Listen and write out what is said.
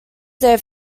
their